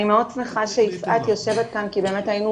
אני שמחה שחברת הכנסת שאשא ביטון יושבת כאן כי באמת היינו